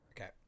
Okay